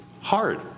hard